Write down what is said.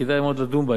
וכדאי מאוד לדון בה,